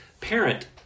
parent